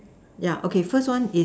yeah okay first one is